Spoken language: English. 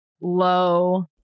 low